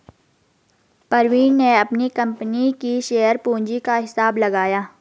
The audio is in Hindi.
प्रवीण ने अपनी कंपनी की शेयर पूंजी का हिसाब लगाया